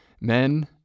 men